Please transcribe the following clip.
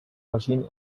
machine